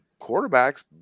quarterbacks